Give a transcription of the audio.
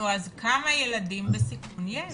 נו אז כמה ילדים בסיכון יש?